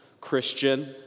Christian